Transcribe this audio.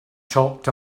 talked